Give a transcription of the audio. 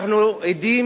אנחנו עדים,